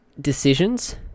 decisions